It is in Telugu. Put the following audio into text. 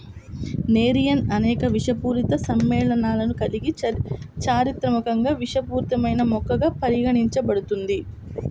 నెరియమ్ అనేక విషపూరిత సమ్మేళనాలను కలిగి చారిత్రాత్మకంగా విషపూరితమైన మొక్కగా పరిగణించబడుతుంది